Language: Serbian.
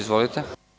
Izvolite.